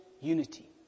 unity